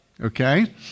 Okay